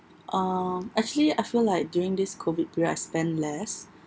um actually I feel like during this COVID period I spend less